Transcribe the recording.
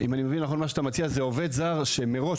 זה עובד זר שמראש,